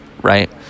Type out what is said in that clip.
right